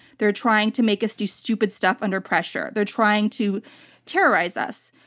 they're trying to make us do stupid stuff under pressure. they're trying to terrorize us.